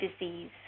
disease